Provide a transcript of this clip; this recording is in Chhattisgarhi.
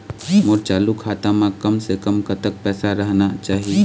मोर चालू खाता म कम से कम कतक पैसा रहना चाही?